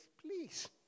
Please